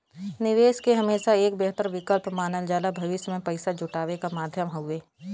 निवेश के हमेशा एक बेहतर विकल्प मानल जाला भविष्य में पैसा जुटावे क माध्यम हउवे